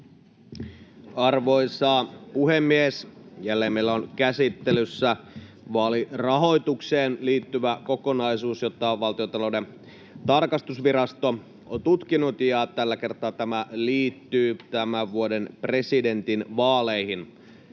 Arvoisa puhemies! Jälleen meillä on käsittelyssä vaalirahoitukseen liittyvä kokonaisuus, jota Valtiontalouden tarkastusvirasto on tutkinut, ja tällä kertaa tämä liittyy tämän vuoden presidentinvaaleihin.